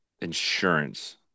insurance